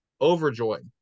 overjoyed